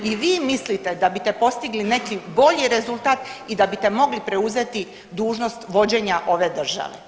I vi mislite da bite postigli neki bolji rezultat i bite mogli preuzeti dužnost vođenja ove države.